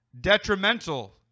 detrimental